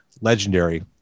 legendary